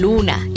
Luna